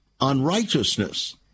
unrighteousness